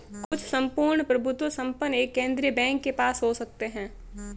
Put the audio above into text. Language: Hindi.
कुछ सम्पूर्ण प्रभुत्व संपन्न एक केंद्रीय बैंक के पास हो सकते हैं